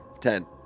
Ten